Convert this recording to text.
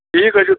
ٹھیٖک حظ چھِ